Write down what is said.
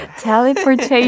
Teleportation